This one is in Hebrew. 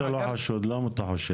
אם אתה לא חשוד, למה אתה חושש?